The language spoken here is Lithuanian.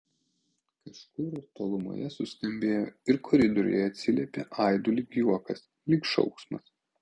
kažkur tolumoje suskambėjo ir koridoriuje atsiliepė aidu lyg juokas lyg šauksmas